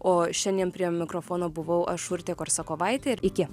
o šiandien prie mikrofono buvau aš urtė korsakovaitė ir iki